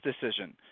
decision